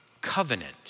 covenant